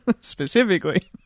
specifically